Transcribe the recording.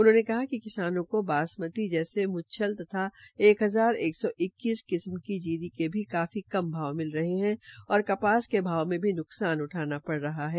उन्होंने कहा कि किसानों को बासमती जैसे मुच्छल तथा एक हजार एक सौ इक्कीस किस्म की जीरी के भी कम भाव मिल रहे है और कपास के भाव में भी नुकसान उठाना पड़ रहा है